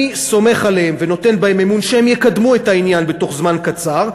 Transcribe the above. אני סומך עליהם ונותן בהם אמון שהם יקדמו את העניין בתוך זמן קצר.